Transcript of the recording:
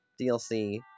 DLC